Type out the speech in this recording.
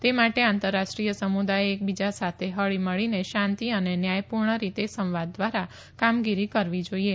તે માટે આંતરરાષ્ટ્રીય સમુદાય એકબીજા સાથે હળીમળીને શાંતિ અને ન્યાયપૂર્ણ રીતે સંવાદ દ્વારા કામગીરી કરવી જાઇએ